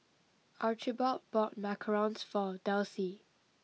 Archibald bought Macarons for Delcie